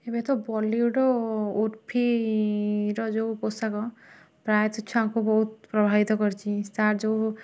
ଏବେ ତ ବଲିଉଡ଼୍ ଉର୍ଫି ର ଯେଉଁ ପୋଷାକ ପ୍ରାୟତଃ ଛୁଆଙ୍କୁ ବହୁତ ପ୍ରଭାବିତ କରୁଚି ତାର ଯେଉଁ